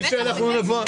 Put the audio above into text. הבנתי --- שאנחנו נבוא.